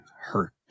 hurt